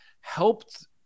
helped